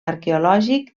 arqueològic